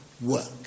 work